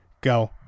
go